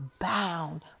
bound